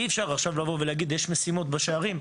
אי אפשר עכשיו להגיד שיש משימות בשערים,